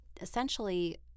essentially